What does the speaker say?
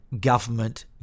Government